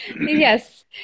Yes